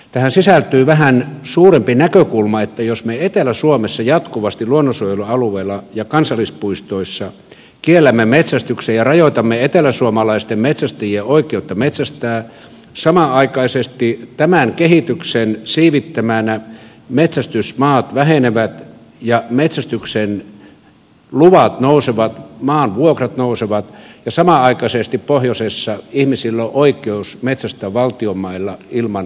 tähän sisältyy vähän suurempi näkökulma että jos me etelä suomessa jatkuvasti luonnonsuojelualueilla ja kansallispuistoissa kiellämme metsästyksen ja rajoitamme eteläsuomalaisten metsästäjien oi keutta metsästää samanaikaisesti tämän kehityksen siivittämänä metsästysmaat vähenevät ja metsästyksen luvat nousevat maanvuokrat nousevat ja samanaikaisesti pohjoisessa ihmisillä on oikeus metsästää valtion mailla ilman minkäännäköistä maksua